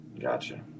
Gotcha